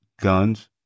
guns